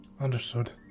Understood